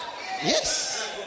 Yes